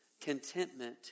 Contentment